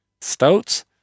stouts